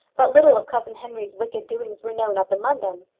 but little of cousin henry's wicked doings were known up in london.